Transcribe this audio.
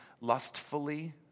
lustfully